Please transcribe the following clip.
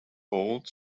old